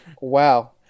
wow